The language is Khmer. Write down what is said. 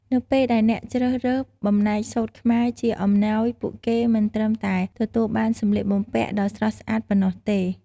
នៅពេលដែលអ្នកជ្រើសរើសបំណែកសូត្រខ្មែរជាអំណោយ ពួកគេមិនត្រឹមតែទទួលបានសម្លៀកបំពាក់ដ៏ស្រស់ស្អាតប៉ុណ្ណោះទេ ។